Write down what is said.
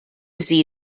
sie